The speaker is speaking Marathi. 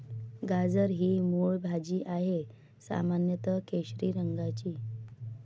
गाजर ही मूळ भाजी आहे, सामान्यत केशरी रंगाची